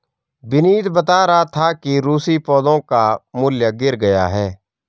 विनीत बता रहा था कि रूसी पैसों का मूल्य गिर गया है